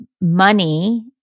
money